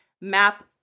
map